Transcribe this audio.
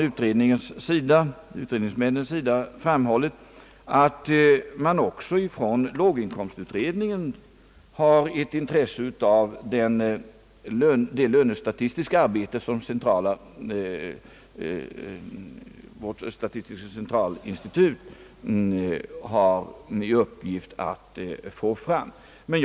Utredningsmännen har därför framhållit att också låginkomstutredningen har ett intresse av det lönestatistiska arbete, som statistiska centralbyrån har i uppgift att bedriva.